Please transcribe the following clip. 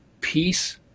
peace